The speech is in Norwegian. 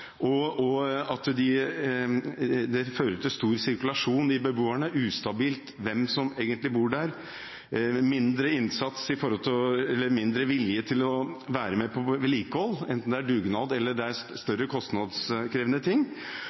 leiligheter i sameiene. De peker på at det fører til stor sirkulasjon av beboere, at det er ustabilt – det er usikkert hvem som egentlig bor der – at det er mindre vilje til å være med på vedlikehold, enten det er dugnad eller større, kostnadskrevende ting,